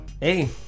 Hey